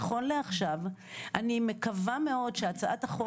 נכון לעכשיו אני מקווה מאוד שהצעת החוק